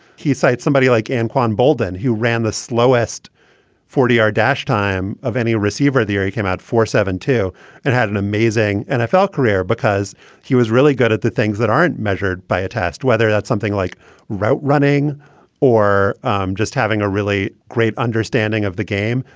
he cites somebody like antoine boldon, who ran the slowest forty hour dash time of any receiver theory, came out for seventy two and had an amazing nfl career because he was really good at the things that aren't measured by a test, whether that's something like route running or um just having a really great understanding of the game.